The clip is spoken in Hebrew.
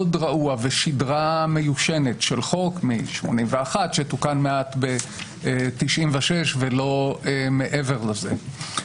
רעוע ושידרה מיושנת של חוק מ-81' שתוקן מעט ב-96' ולא מעבר לזה.